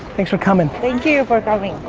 thanks for coming. thank you for coming.